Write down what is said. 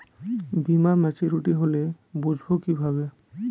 বীমা মাচুরিটি হলে বুঝবো কিভাবে?